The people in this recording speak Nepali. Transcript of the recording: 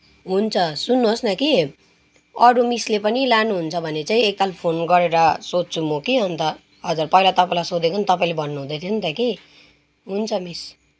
हुन्छ सुन्नुहोस् न कि अरू मिसले पनि लानुहुन्छ भने चाहिँ एकताल फोन गरेर सोध्छु म कि अन्त हजुर पहिला तपाईँलाई सोधेको नि तपाईँले भन्नुहुँदै थियो नि त कि हुन्छ मिस